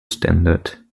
standard